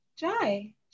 Jai